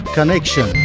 Connection